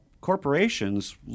corporations